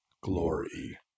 Glory